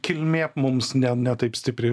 kilmė mums ne ne taip stipriai